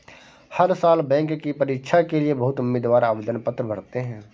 हर साल बैंक की परीक्षा के लिए बहुत उम्मीदवार आवेदन पत्र भरते हैं